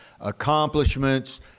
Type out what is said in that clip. accomplishments